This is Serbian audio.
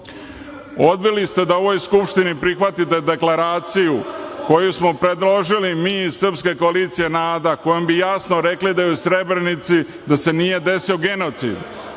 Odbili ste da u ovoj Skupštini prihvatite deklaraciju koju smo predložili mi iz Srpske koalicije NADA, kojom bi jasno rekli da se u Srebrenici nije desio